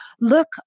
Look